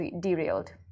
derailed